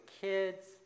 kids